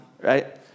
right